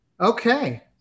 Okay